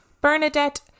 Bernadette